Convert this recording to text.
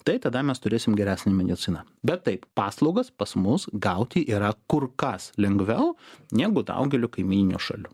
tai tada mes turėsim geresnę mediciną bet taip paslaugas pas mus gauti yra kur kas lengviau negu daugelio kaimynių šalių